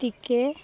ଟିକେ